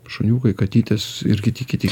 šuniukai katytės ir kiti kiti